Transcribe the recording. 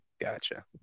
gotcha